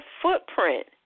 footprint